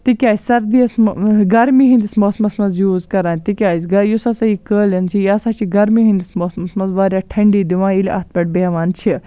تکیاز سَردِیَس گَرمی ہٕنٛدس موسمَس مَنٛز یوٗز کَران تکیاز یُس ہَسا یہِ قٲلیٖن چھِ یہِ ہَسا چھِ گَرمی ہٕںٛدِس موسمَس مَنٛز واریاہ ٹھنڈی دِوان ییٚلہِ اتھ پٮ۪ٹھ بیٚہوان چھِ